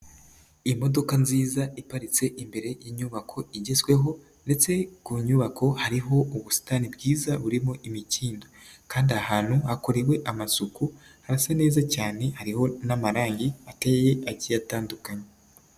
Imodoka nziza iparitse imbere y'inyubako igezweho ndetse ku nyubako hariho ubusitani bwiza burimo imikindo. Kandi aha hantu hakorewe amasuku, harasa neza cyane, hariho n'amarangi ateye agiye atandukanye.